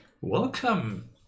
Welcome